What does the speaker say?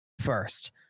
first